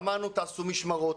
אמרנו תעשו משמרות,